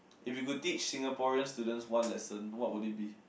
if you could teach Singaporeans student one lesson what would it be